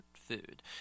food